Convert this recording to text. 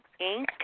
Inc